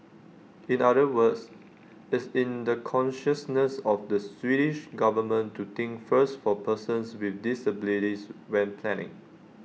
in other words it's in the consciousness of the Swedish government to think first for persons with disabilities when planning